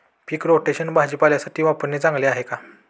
पीक rotation भाजीपाल्यासाठी वापरणे चांगले आहे का?